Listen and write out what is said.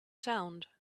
sound